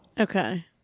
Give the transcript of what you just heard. Okay